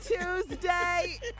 Tuesday